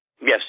Yes